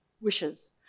wishes